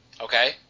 Okay